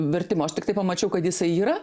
vertimo aš tiktai pamačiau kad jisai yra